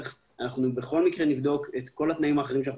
אנחנו בכל מקרה נבדוק את כל התנאים האחרים שאנחנו